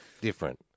different